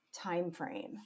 timeframe